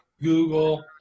Google